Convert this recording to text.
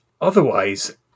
otherwise